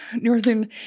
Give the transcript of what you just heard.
Northern